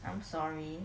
I'm sorry